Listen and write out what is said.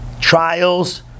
trials